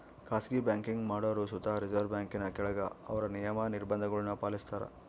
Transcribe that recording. ಖಾಸಗಿ ಬ್ಯಾಂಕಿಂಗ್ ಮಾಡೋರು ಸುತ ರಿಸರ್ವ್ ಬ್ಯಾಂಕಿನ ಕೆಳಗ ಅವ್ರ ನಿಯಮ, ನಿರ್ಭಂಧಗುಳ್ನ ಪಾಲಿಸ್ತಾರ